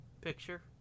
picture